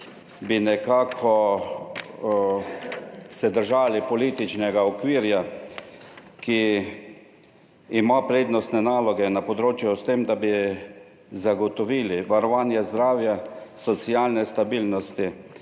bi nekako se držali političnega okvirja, ki ima prednostne naloge na področju, s tem, da bi zagotovili varovanje zdravja, socialne stabilnosti.